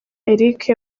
eric